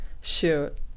Shoot